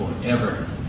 forever